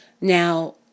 Now